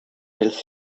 else